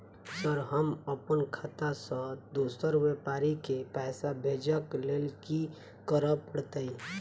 Sir हम अप्पन खाता सऽ दोसर व्यापारी केँ पैसा भेजक लेल की करऽ पड़तै?